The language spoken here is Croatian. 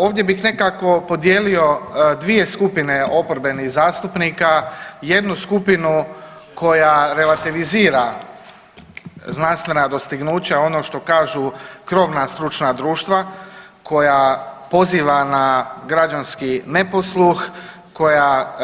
Ovdje bih nekako podijelio dvije skupine oporbenih zastupnika, jednu skupinu koja relativizira znanstvena dostignuća, ono što kažu krovna stručna društva koja poziva na građanski neposluh, koja